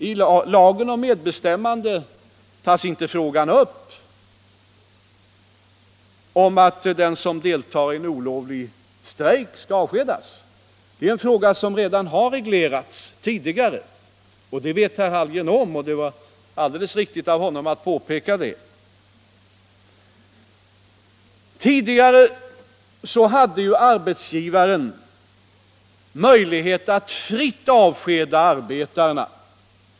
I lagen om medbestämmande upptas inte frågan om huruvida en arbetare som deltar i en olovlig strejk skall avskedas. Det är en fråga som har reglerats redan tidigare. Det vet herr Hallgren, och det var alldeles riktigt av honom att påpeka det. Tidigare hade arbetsgivaren möjlighet att fritt avskeda arbetarna.